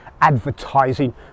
advertising